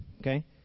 Okay